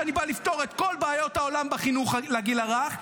שאני בא לפתור את כל בעיות העולם בחינוך לגיל הרך,